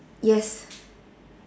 yes